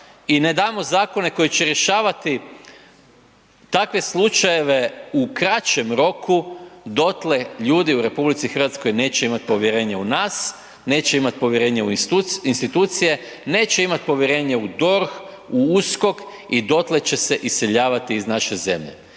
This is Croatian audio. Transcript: i ne damo zakone koji će rješavati takve slučajeve u kraćem roku dotle ljudi u RH neće imati povjerenja u nas, neće imati povjerenja u institucije, neće imati povjerenje u DORH u USKOK i dotle će se iseljavati iz naše zemlje.